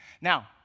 Now